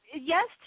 Yes